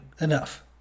enough